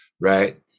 Right